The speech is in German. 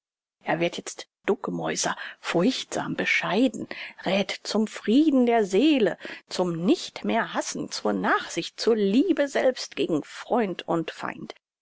er wird jetzt duckmäuser furchtsam bescheiden räth zum frieden der seele zum nicht mehr hassen zur nachsicht zur liebe selbst gegen freund und feind